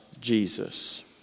Jesus